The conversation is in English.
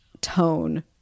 tone